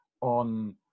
on